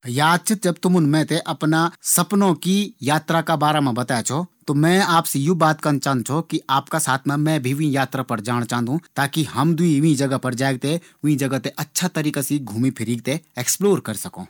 याद च ज़ब तुमुन मैं थें अपना सपनों की यात्रा का बारम बताई छौ त मैं आपसे या बात करना चांदु छौ कि आपका साथ मैं भी वीं यात्रा पर जाण चांदु छौ। ताकि हम दुइ वीं जगह पर जैक अच्छे से घूमी फिरी थें वीं जगह थें एक्सप्लोर कर सकूं।